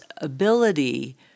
ability